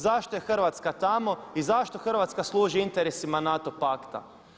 Zašto je Hrvatska tamo i zašto Hrvatska služi interesima NATO pakta?